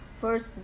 First